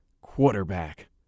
quarterback